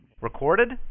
Recorded